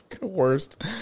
worst